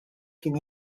kien